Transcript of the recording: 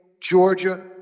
Georgia